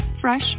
fresh